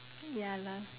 ya lah